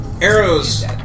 arrows